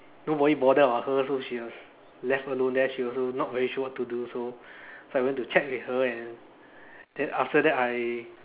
nobody bother about her so she was left alone there she also not very sure what to do so so I went to chat with her and then after that I